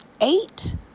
Eight